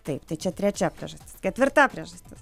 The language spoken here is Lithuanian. taip tai čia trečia priežastis ketvirta priežastis